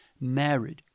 married